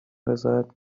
رضایت